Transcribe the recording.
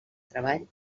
treball